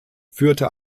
führte